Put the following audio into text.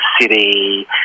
city